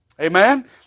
Amen